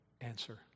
answer